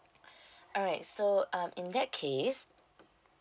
alright so um in that case